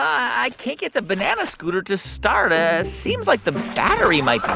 i can't get the banana scooter to start. ah seems like the battery might um